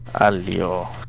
Alio